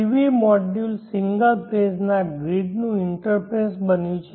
PV module single phase ના ગ્રીડનું interface બન્યું છે